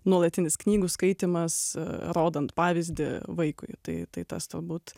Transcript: nuolatinis knygų skaitymas rodant pavyzdį vaikui tai tai tas turbūt